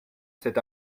cet